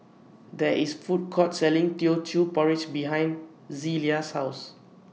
There IS Food Court Selling Teochew Porridge behind Zelia's House